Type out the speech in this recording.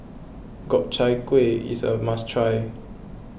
Gobchang Gui is a must try